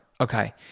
okay